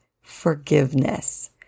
forgiveness